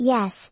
Yes